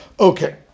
Okay